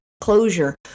closure